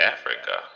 Africa